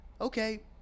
okay